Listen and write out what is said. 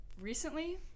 Recently